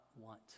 want